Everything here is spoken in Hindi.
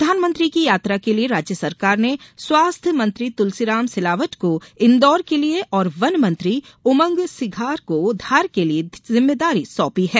प्रधानमंत्री की यात्रा के लिये राज्य सरकार ने स्वास्थ्य मंत्री तुलसीराम सिलावट को इंदौर के लिये और वन मंत्री उमंग सिघार को धार के लिये जिम्मेदारी सौंपी है